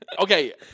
Okay